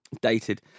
Dated